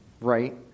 right